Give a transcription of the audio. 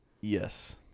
Yes